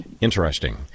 Interesting